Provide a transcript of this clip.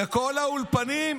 בכל האולפנים,